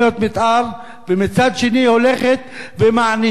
ומצד שני היא הולכת ומענישה את האנשים.